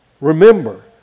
Remember